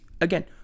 Again